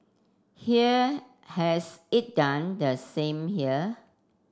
here has it done the same here